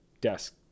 Desk